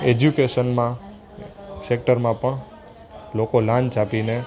એજ્યુકેશનમાં સેક્ટરમાં પણ લોકો લાંચ આપીને